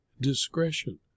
discretion